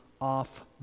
off